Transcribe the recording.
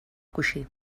coixí